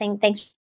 Thanks